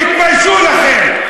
תתביישו לכם.